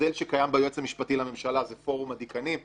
המודל שקיים ביועץ המשפטי לממשלה זה פורום הדיקנים.